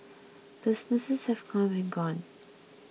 businesses have come and gone